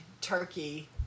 turkey